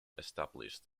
established